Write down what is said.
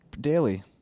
daily